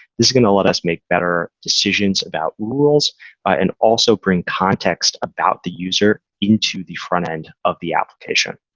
this is going to let us make better decisions about rules and also bring context about the user into the frontend of the application.